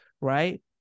right